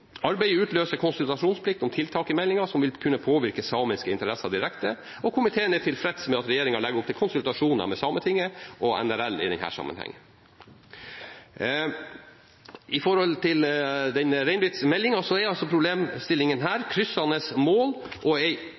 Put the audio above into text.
Arbeidet utløser konsultasjonsplikt om tiltak i meldingen som vil kunne påvirke samiske interesser direkte, og komiteen er tilfreds med at regjeringen legger opp til konsultasjoner med Sametinget og NRL i denne sammenheng. Når det gjelder reindriftsmeldingen, er altså problemstillingen her kryssende mål og